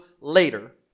later